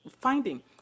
finding